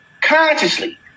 consciously